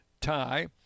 tie